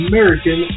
American